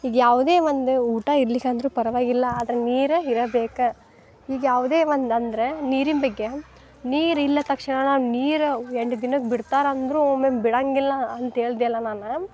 ಈಗ ಯಾವುದೇ ಒಂದು ಊಟ ಇರ್ಲಿಕಂದ್ರು ಪರವಾಗಿಲ್ಲ ಆದ್ರೆ ನೀರು ಇರಬೇಕು ಈಗ ಯಾವುದೇ ಒಂದು ಅಂದರೆ ನೀರಿನ ಬಗ್ಗೆ ನೀರಿಲ್ಲ ತಕ್ಷಣ ನಾವು ನೀರು ಎಂಟು ದಿನಕ್ಕೆ ಬಿಡ್ತಾರೆ ಅಂದರೂ ಒಮ್ಮೊಮ್ಮೆ ಬಿಡಂಗಿಲ್ಲ ಅಂತ ಹೇಳ್ದ್ಯಲ್ಲ ನಾನು